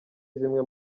zimwe